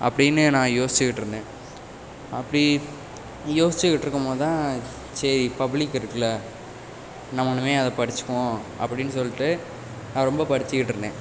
அப்படின்னு நான் யோசிச்சுக்கிட்டுருந்தேன் அப்படி யோசிச்சுக்கிட்டுருக்கும்போது தான் சரி பப்ளிக் இருக்குதுல்ல நம்ம இனிமேல் அதை படிச்சுக்குவோம் அப்படின்னு சொல்லிட்டு நான் ரொம்ப படிச்சுக்கிட்டுருந்தேன்